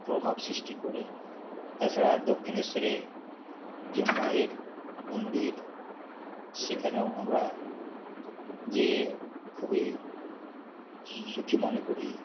প্রভাব সৃষ্টি করে তাছাড়া দক্ষিণেশ্বরে যে মায়ের মন্দির সেখানেও আমরা যেয়ে খুবই সুখী মনে করি